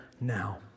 now